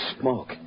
smoke